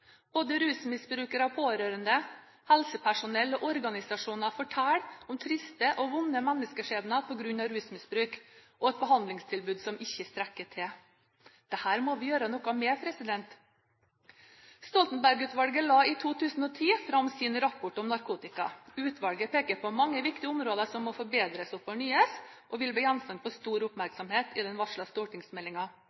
Både rusmisbrukere og pårørende, helsepersonell og organisasjoner forteller om triste og vonde menneskeskjebner på grunn av rusmisbruk og et behandlingstilbud som ikke strekker til. Dette må vi gjøre noe med. Stoltenberg-utvalget la i 2010 fram sin rapport om narkotika. Utvalget peker på mange viktige områder som må forbedres og fornyes, som vil bli gjenstand for stor